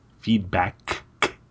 Feedback